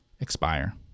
expire